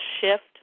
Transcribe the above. shift